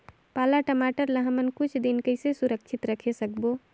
पाला टमाटर ला हमन कुछ दिन कइसे सुरक्षित रखे सकबो?